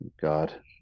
God